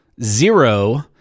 zero